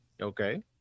Okay